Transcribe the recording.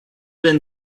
been